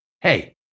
hey